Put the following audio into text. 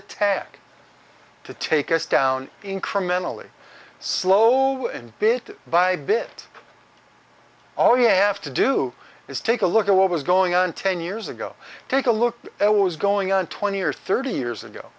attack to take us down incrementally slow and bit by bit all you have to do is take a look at what was going on ten years ago take a look at what was going on twenty or thirty years ago